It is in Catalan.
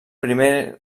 primer